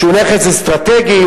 שהוא נכס אסטרטגי.